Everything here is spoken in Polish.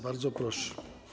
Bardzo proszę.